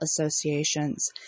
associations